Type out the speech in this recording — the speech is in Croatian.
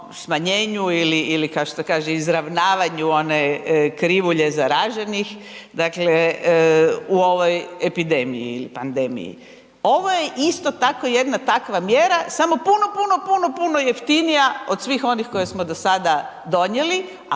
smanjenju ili kao što kaže, izravnavanju one krivulje zaraženih, dakle, u ovoj epidemiji, pandemiji. Ovo je isto tako jedna takva mjera, samo puno, puno, puno, puno jeftinija od svih onih koje smo do sada donijeli,